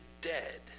dead